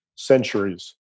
Centuries